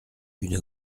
une